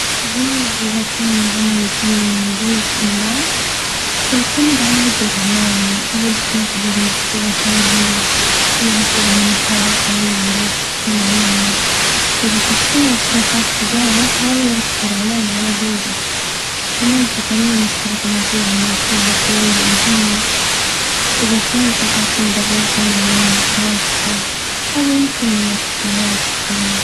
تحديد إذا كان العمل الفني جيد أم لا يعتمد على عدة عوامل، أول شي نقدر نشوف إذا كان العمل يعبر عن مشاعر قوية وفكرة معينة، إذا حسينا بشي خاص تجاهه فهذا يعتبر علامة على جودته، كمان التقنية المستخدمة في العمل تلعب دور مهم إذا كان التفاصيل دقيقة والألوان متناسقة، هذا يمكن يعكس مهارة الفنون.